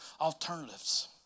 alternatives